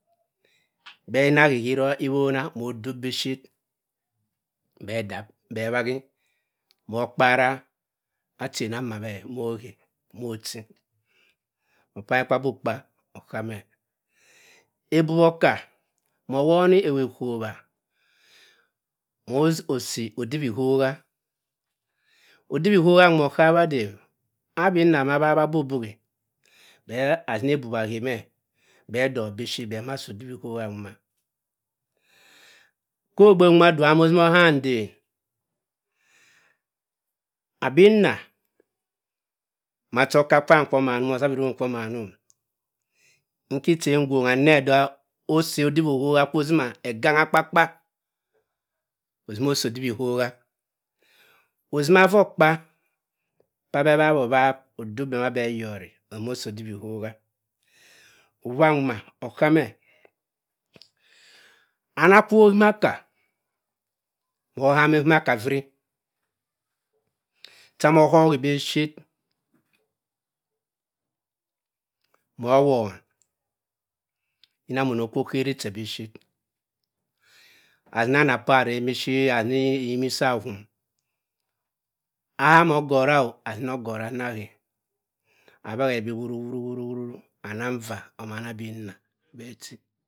Be asini ake ki iwana mo duk biphir bhe ad adap bhe awakki bhe akpara achina mmaa me mohe mo chi, opomgi kwa abob kpa oha me. ebub oka moh owom ewu ekuwa mo osi odibbi hoha odibbi hoha nwum=e okabi adem uwa abi nna ama awap abugbuhi bhe azini ebub ahe m-e, bhe adok biphir bhe azima asi odibi hoha nwuma ko ogbe ngwuma da uwa mo osim oham nden abi nna macha okakwam kwo omamnum ozap irohm kwa omamum nki chen ngwohnga nne da osi odabi hoha osima eganga kpakpa osima osi odibi hoha osim afforkpa pa abhe awawi owab ozima osi odibbi hoha. opangi nguma oha m-e ama akwu ka ahimaka, moh ohama ohimaka phiri cha amo ohoi biphir, mor owam yina mo ono kwo oheri che biphir azini ama paa azeng biphir azini iyini so ahum, aham ogora azini ogora azim ahe amamg ya omama abi nna abhe achi.